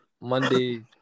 Monday